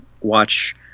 watch